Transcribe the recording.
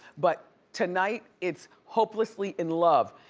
but tonight, it's hopelessly in love.